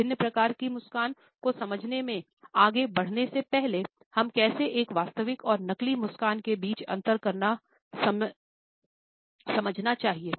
विभिन्न प्रकार की मुस्कान को समझने में आगे बढ़ने से पहले हमें कैसे एक वास्तविक और नकली मुस्कान के बीच अंतर करना समझना चाहिए